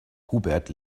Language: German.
hubert